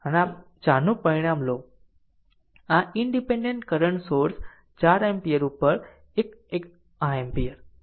આમ જો આ 4 નું પરિણામ લો આ ઈનડીપેન્ડેન્ટ કરંટ સોર્સ 4 એમ્પીયર ઉપર એક આ એમ્પીયર